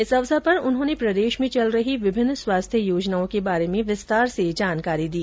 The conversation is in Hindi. इस अवसर पर उन्होंने प्रदेश में चल रही विभिन्न स्वास्थ्य योजनाओं के बारे में विस्तार से जानकारी दी